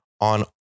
on